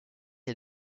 est